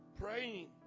praying